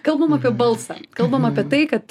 kalbam apie balsą kalbam apie tai kad